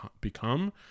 become